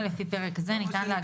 אתה רק